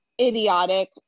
idiotic